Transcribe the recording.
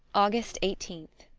august eighteenth.